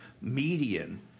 median